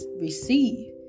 receive